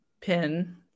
Pin